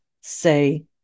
say